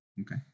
okay